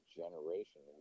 generation